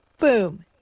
Boom